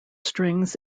strings